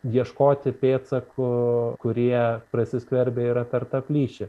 ieškoti pėdsakų kurie prasiskverbę yra per tą plyšį